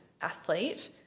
athlete